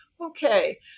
Okay